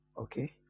Okay